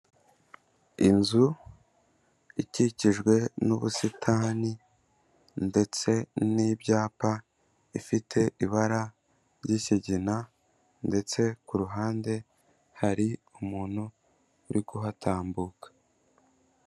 Inzu ikikijwe n'ubusitani ndetse n'ibyapa, bifite ibara ry'ikigina ndetse ku ruhande hari umuntu, uri kuhatambuka.